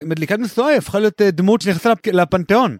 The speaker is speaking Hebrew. מדליקת משואה היא הפכה להיות דמות שנכנסה לפנתיאון.